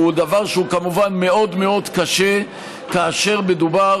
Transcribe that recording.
זהו דבר שהוא כמובן מאוד מאוד קשה כאשר מדובר